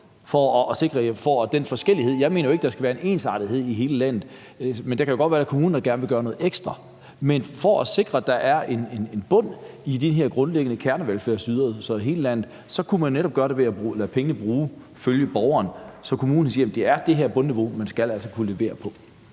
at vi får den forskellighed. Jeg mener jo ikke, at der skal være en ensartethed i hele landet, men der kan jo godt være kommuner, der gerne vil gøre noget ekstra. For at sikre, at der er en bund i de her grundlæggende kernevelfærdsydelser i hele landet, kunne man netop gøre det ved at lade pengene følge borgeren, så kommunen siger, at det er det her bundniveau, man altså skal kunne levere på.